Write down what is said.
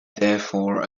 therefore